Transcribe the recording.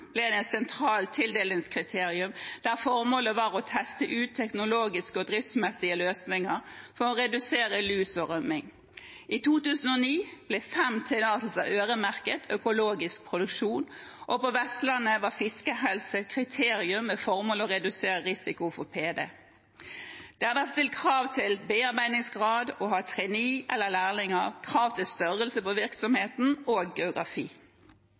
ble det et sentralt tildelingskriterium der formålet var å teste ut teknologiske og driftsmessige løsninger for å redusere lus og rømming. I 2009 ble fem tillatelser øremerket økologisk produksjon, og på Vestlandet var fiskehelse et kriterium med formål å redusere risiko for PD. Det har vært stilt krav til bearbeidingsgrad, krav om å ha trainee eller lærlinger, krav til størrelse på virksomheten og geografi.